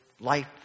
life